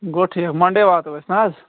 گوٚو ٹھیٖک منٛڈے واتو أسۍ نہَ حظ